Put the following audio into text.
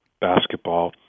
Basketball